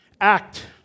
act